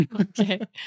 Okay